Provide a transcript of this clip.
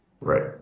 Right